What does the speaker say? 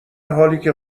حالیکه